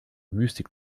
mystik